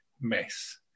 mess